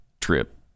trip